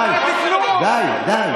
די, די.